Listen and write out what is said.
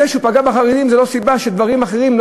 זה שהוא פגע בחרדים זה לא סיבה שבדברים אחרים לא